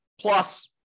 plus